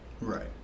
Right